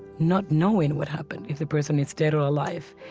not knowing what happened, if the person is dead or alive,